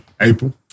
April